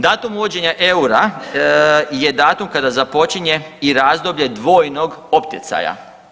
Datum uvođenja eura je datum kada započinje i razdoblje dvojnog opticaja.